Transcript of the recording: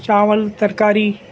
چاول ترکاری